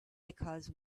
because